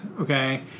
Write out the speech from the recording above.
okay